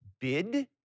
bid